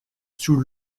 sous